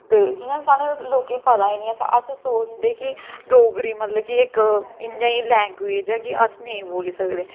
ते जि'यां साढ़े लोकें ई पता निं ऐ साढ़े लोकें ई पता ई निं ऐ अस ओह् सोचदे कि डोगरी मतलब की इक इ'यां ई लैंग्वेज ऐ की अस नेईं बोल्ली सकदे